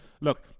Look